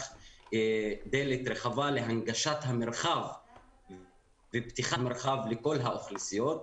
דלת רחבה להנגשת ופתיחת המרחב לכל האוכלוסיות,